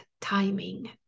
timing